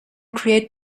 create